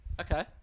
Okay